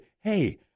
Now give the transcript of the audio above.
hey